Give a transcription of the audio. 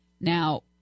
Now